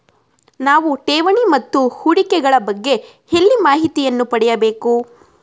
ನಾವು ಠೇವಣಿ ಮತ್ತು ಹೂಡಿಕೆ ಗಳ ಬಗ್ಗೆ ಎಲ್ಲಿ ಮಾಹಿತಿಯನ್ನು ಪಡೆಯಬೇಕು?